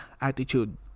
attitude